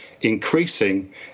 Increasing